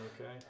okay